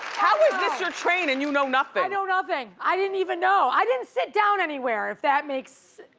how is this your train and you know nothing? i know nothing, i didn't even know, i didn't sit down anywhere, if that makes,